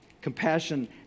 Compassion